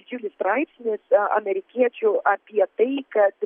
didžiulis straipsnis a amerikiečių apie tai kad